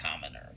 commoner